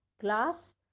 glass